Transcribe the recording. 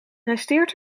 resteert